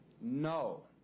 No